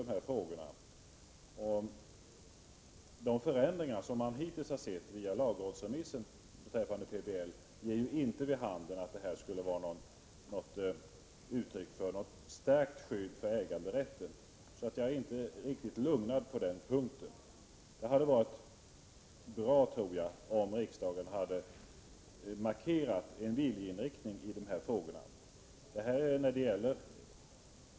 De förändringar beträffande PBL som man hittills har sett via lagrådsremissen ger inte vid handen att de skulle ge uttryck för ett stärkt skydd för äganderätten. Jag är inte riktigt lugnad på den punkten. Det hade varit bra om riksdagen hade markerat en viljeinriktning i dessa frågor.